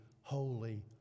holy